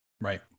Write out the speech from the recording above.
Right